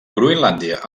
groenlàndia